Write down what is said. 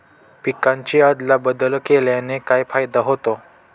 पिकांची अदला बदल केल्याने काय फायदा होतो?